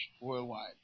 worldwide